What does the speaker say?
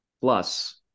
Plus